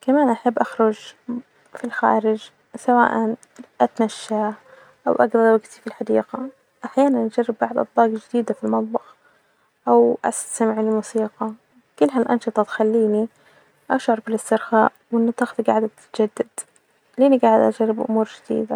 ،كمان أحب أخرج في الخارج ،سواءا أتمشي أو كتب في الحديجة، أحيانا أجرب بعض أصناف جديدة في المطبخ أو أستمع للموسيقي كل هالأنشطه بتخليني أشعر بالإسترخاء وإن طاقتي جاعد تتجدد خليني جاعد أجرب أمور جديدة.